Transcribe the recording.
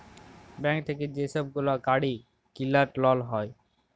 bank থ্যাইকে যে ছব গুলা গাড়ি কিলার লল হ্যয়